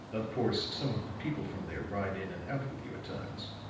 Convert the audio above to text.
of course some of the people from there ride in and out with you at times.